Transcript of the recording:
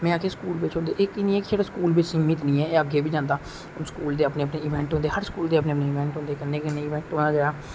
में आखेआ स्कूल च होंदे एह् है कि स्कूल च गै सीमत ऐ एह् अग्गे बी जंदा स्कूल दे अपने अपने इंवेंट होंदे हर स्कूल दे अपने अपने इवेंट होंदे कन्ने जेहडा इवेंट होना